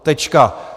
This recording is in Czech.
Tečka.